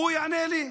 הוא יענה לי: